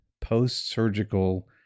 post-surgical